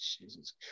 jesus